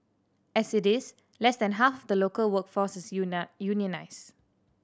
as it is less than half the local workforce is unionised